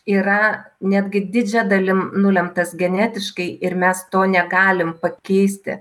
yra netgi didžia dalim nulemtas genetiškai ir mes to negalim pakeisti